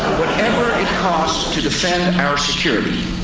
whatever it costs to defend our security,